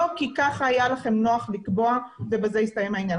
לא כי ככה היה לכם נוח לקבוע ובזה הסתיים העניין.